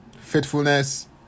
faithfulness